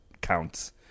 counts